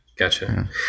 Gotcha